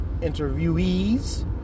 interviewees